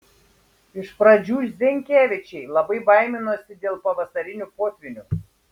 iš pradžių zenkevičiai labai baiminosi dėl pavasarinių potvynių